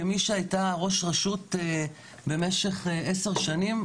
כמי שהייתה ראש רשות במשך עשר שנים,